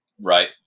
right